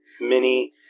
mini